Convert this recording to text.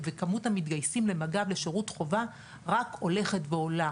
וכמות המתגייסים לשירות חובה במג"ב רק הולכת ועולה.